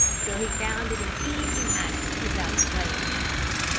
till he found it an easy matter to keep out of the way of the hounds.